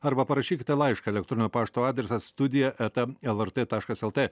arba parašykite laišką elektroninio pašto adresas studija eta lrt taškas lt